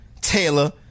Taylor